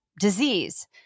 disease